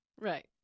Right